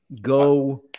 Go